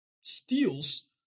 steals